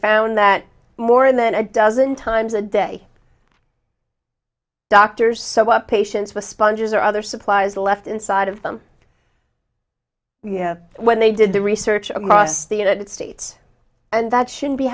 found that more than a dozen times a day doctors patients with sponges or other supplies left inside of them when they did the research of must the united states and that shouldn't be